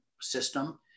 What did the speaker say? system